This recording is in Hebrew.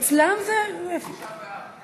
אצלם זה, מתשעה באב.